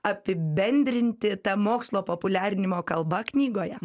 apibendrinti tą mokslo populiarinimo kalba knygoje